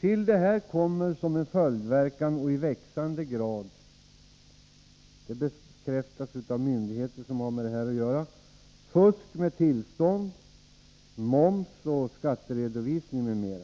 Till detta kommer — vilket bekräftas av berörda myndigheter — en växande grad av fusk med tillstånd, moms och skatteredovisning m.m.